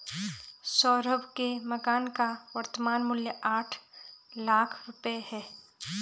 सौरभ के मकान का वर्तमान मूल्य आठ लाख रुपये है